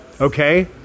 Okay